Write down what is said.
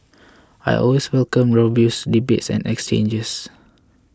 I always welcome robust debates and exchanges